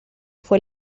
fue